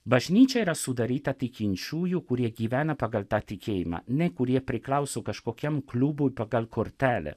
bažnyčia yra sudaryta tikinčiųjų kurie gyvena pagal tą tikėjimą ne kurie priklauso kažkokiam klubui pagal kortelę